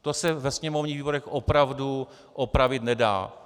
To se ve sněmovních výborech opravdu opravit nedá.